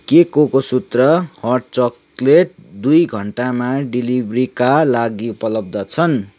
के Cocosutra hot chocolate दुई घन्टामा डेलिभरीका लागि उपलब्ध छन्